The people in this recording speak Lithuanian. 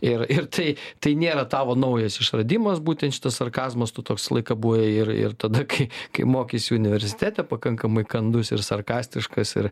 ir ir tai tai nėra tavo naujas išradimas būtent šitas sarkazmas tu toks laiką buvai ir ir tada kai kai mokeisi universitete pakankamai kandus ir sarkastiškas ir